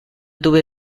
tuve